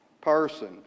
person